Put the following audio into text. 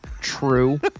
True